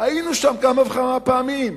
היינו שם כמה וכמה פעמים.